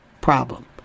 problem